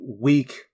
weak